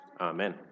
Amen